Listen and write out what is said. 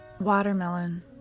Watermelon